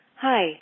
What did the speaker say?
Hi